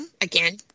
again